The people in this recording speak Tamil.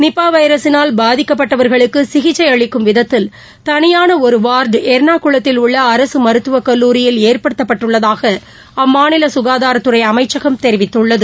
நிபாவைரஸினால் பாதிக்கப்பட்டவர்களுக்குசிகிச்சைஅளிக்கும் விதத்தில் தனியானஒருவார்டுளர்ணாகுளத்தில் உள்ள அரசுமருத்துவக்கல்லூரியில் ஏற்படுத்தப்பட்டுள்ளதாகஅம்மாநிலசுகாதாரத்துறைஅமைச்சகம் தெரிவித்துள்ளது